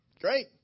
Great